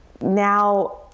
now